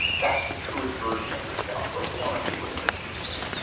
that's the truest version of yourself. what did you want to be when you were sixteen?